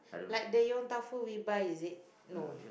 like the yong-tau-foo we buy is it no